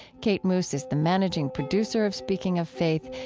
kate moos is the managing producer of speaking of faith.